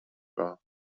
war